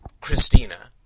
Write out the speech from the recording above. Christina